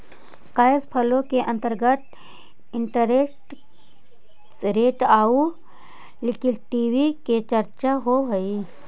cash flow के अंतर्गत interest rate आउ लिक्विडिटी के चर्चा होवऽ हई